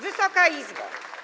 Wysoka Izbo!